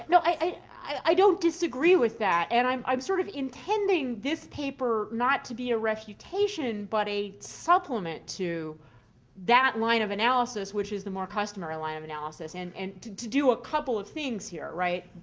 i don't disagree with that. and i'm i'm sort of intending this paper not to be a refutation but a supplement to that line of analysis, which is the more customary line of analysis, and and to to do a couple of things here right?